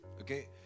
okay